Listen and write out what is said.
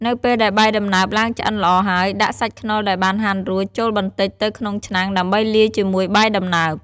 នៅពេលដែលបាយដំណើបឡើងឆ្អិនល្អហើយ ដាក់សាច់ខ្នុរដែលបានហាន់រួចចូលបន្តិចទៅក្នុងឆ្នាំងដើម្បីលាយជាមួយបាយដំណើប។